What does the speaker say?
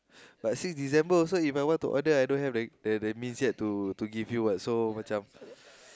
but six December also If I want to order I don't have the the means to to give you what so macam